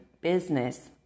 business